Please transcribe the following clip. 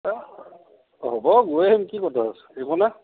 অ হ'ব গৈ আহিম কি কথা আছে সেইকণহে